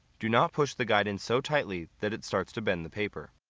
do not push the guide in so tightly that it starts to bend the paper.